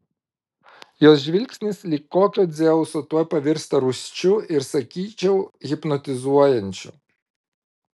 jos žvilgsnis lyg kokio dzeuso tuoj pavirsta rūsčiu ir sakyčiau hipnotizuojančiu